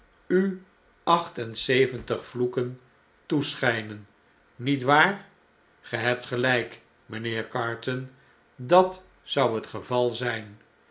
u acht en zeventig vloeken toeschjjnen niet waar ge hebt gelijk mijnheer carton dat zou het geval zp